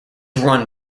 run